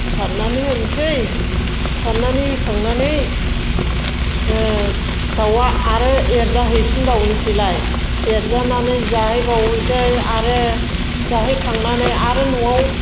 सारनानै होनोसै सारनानै होखांनानै दाउआ आरो एरजा हैफिन बावनोसैलाय एरजानानै जाहै बावनोसै आरो जाहै खांनानै आरो न'आव